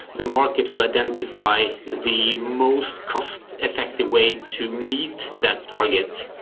the market will identify the most cost effective way to meet that target.